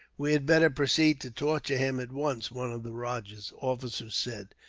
we had better proceed to torture him, at once, one of the rajah's officers said.